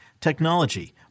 technology